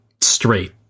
straight